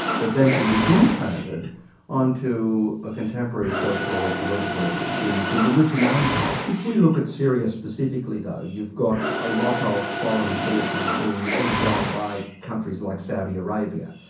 that then can be implanted onto a contemporary social or political scene to religionise it. if we look at syria specifically though you've got a lot of foreign forces being egged on by countries like saudi arabia.